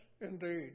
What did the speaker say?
indeed